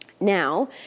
now